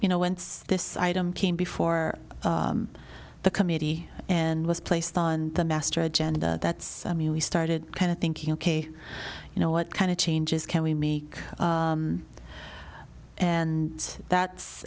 you know once this item came before the committee and was placed on the master agenda that's we started kind of thinking ok you know what kind of changes can we me and that's